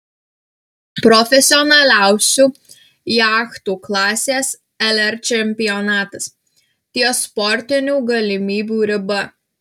profesionaliausių jachtų klasės lr čempionatas ties sportinių galimybių riba